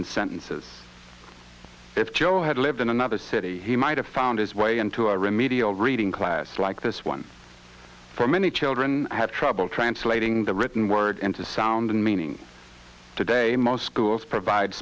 and sentences if joe had lived in another city he might have found his way into a remedial reading class like this one for many children have trouble translating the written word into sound and meaning today most schools provide